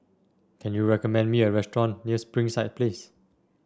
can you recommend me a restaurant near Springside Place